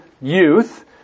youth